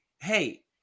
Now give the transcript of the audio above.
hey